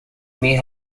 may